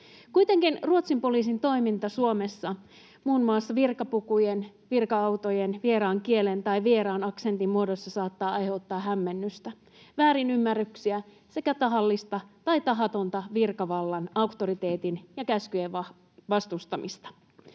Kuitenkin Ruotsin poliisin toiminta Suomessa muun muassa virkapukujen, virka-autojen, vieraan kielen tai vieraan aksentin muodossa saattaa aiheuttaa hämmennystä, väärinymmärryksiä sekä tahallista tai tahatonta virkavallan auktoriteetin ja käskyjen vastustamista.